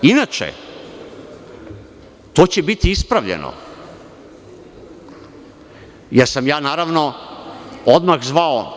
Inače, to će biti ispravljeno, jer sam ja, naravno, odmah zvao.